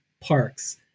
parks